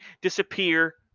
disappear